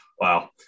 Wow